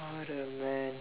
what a man